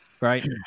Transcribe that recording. Right